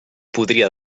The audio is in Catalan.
podria